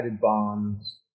bombs